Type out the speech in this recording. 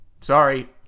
Sorry